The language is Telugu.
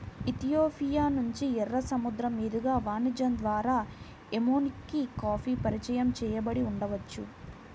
ఇథియోపియా నుండి, ఎర్ర సముద్రం మీదుగా వాణిజ్యం ద్వారా ఎమెన్కి కాఫీ పరిచయం చేయబడి ఉండవచ్చు